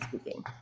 speaking